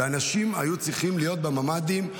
ואנשים היו צריכים להיות בממ"דים.